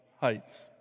heights